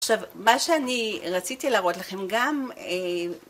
עכשיו, מה שאני רציתי להראות לכם גם